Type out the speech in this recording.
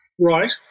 Right